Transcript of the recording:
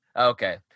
Okay